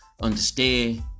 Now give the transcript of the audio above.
Understand